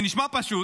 זה נשמע פשוט.